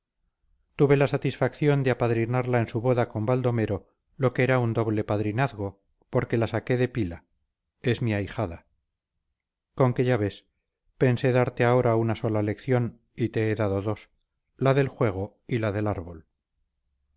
tuve la satisfacción de apadrinarla en su boda con baldomero lo que era un doble padrinazgo porque la saqué de pila es mi ahijada con que ya ves pensé darte ahora una sola lección y te he dado dos la del juego y la del árbol